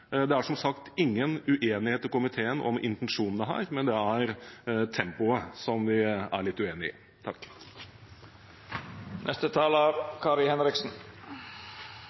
Det er som sagt ingen uenighet i komiteen om intensjonene her, det er tempoet vi er litt uenige om. Takk